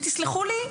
ותסלחו לי,